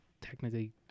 technically